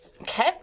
Okay